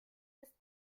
ist